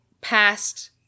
past